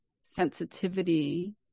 sensitivity